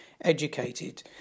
educated